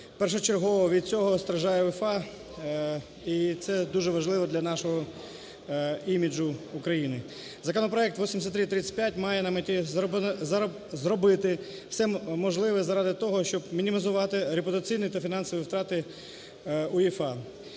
першочергово від цього страждає УЄФА, і це дуже важливо для нашого іміджу України. Законопроект 8335 має на меті зробити все можливе заради того, щоб мінімізувати репутаційні та фінансові втрати УЄФА.